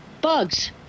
Bugs